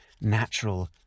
natural